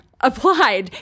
applied